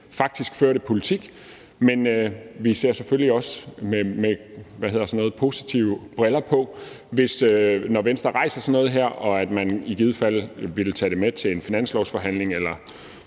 faktisk førte politik, men vi ser selvfølgelig også med positive briller på, at Venstre rejser sådan noget som det her, og at man i givet fald vil tage det med til en finanslovsforhandling eller